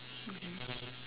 mmhmm